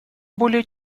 более